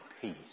peace